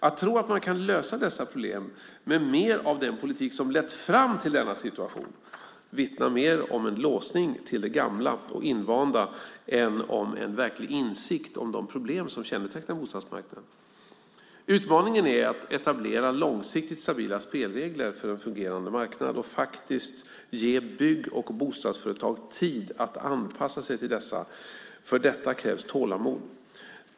Att tro att man kan lösa dessa problem med mer av den politik som lett fram till denna situation vittnar mer om en låsning till det gamla och invanda än om en verklig insikt om de problem som kännetecknar bostadsmarknaden. Utmaningen är att etablera långsiktigt stabila spelregler för en fungerande marknad och att faktiskt ge bygg och bostadsföretag tid att anpassa sig till detta. För detta krävs tålamod.